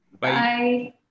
Bye